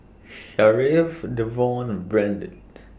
Sharif Devon and Brandt